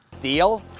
Deal